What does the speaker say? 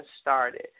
started